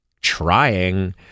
trying